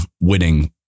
winning